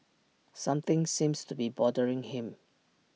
something seems to be bothering him